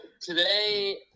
today